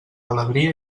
alegria